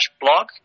blog